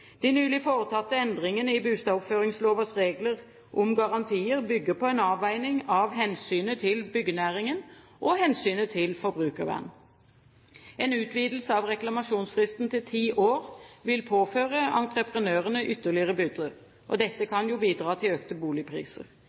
De nylig foretatte endringene i bustadoppføringslovas regler om garantier bygger på en avveining av hensynet til byggenæringen og hensynet til forbrukervern. En utvidelse av reklamasjonsfristen til ti år vil påføre entreprenørene ytterligere byrder. Dette kan bidra til økte boligpriser.